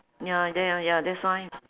ya then !aiya! that's why